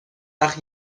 وقت